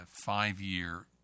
five-year